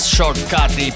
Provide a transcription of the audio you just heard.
Shortcut